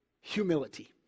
humility